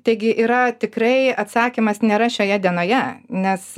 taigi yra tikrai atsakymas nėra šioje dienoje nes